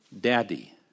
Daddy